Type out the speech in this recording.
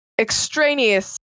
extraneous